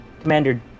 Commander